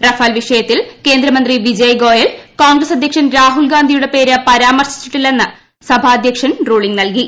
Rafale വിഷയത്തിൽ കേന്ദ്രമന്ത്രി വിജയ് ഗോയൽ കോൺഗ്രസ് അധ്യക്ഷൻ രാഹുൽഗാന്ധിയുടെ പേര് പരാമർശിച്ചിട്ടില്ലെന്ന് സഭാധ്യക്ഷൻ മൂളിംഗ് നൽകി